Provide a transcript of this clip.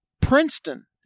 Princeton